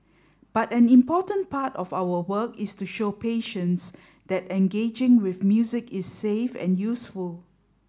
but an important part of our work is to show patients that engaging with music is safe and useful